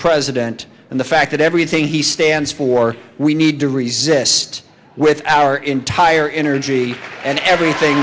president and the fact that everything he stands for we need to resist with our entire energy and everything